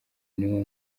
n’uwo